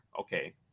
Okay